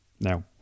Now